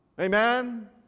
Amen